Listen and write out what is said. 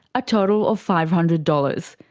a total of five hundred dollars.